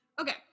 Okay